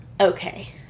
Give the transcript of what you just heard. Okay